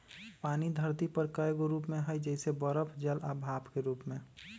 पानी धरती पर कए गो रूप में हई जइसे बरफ जल आ भाप के रूप में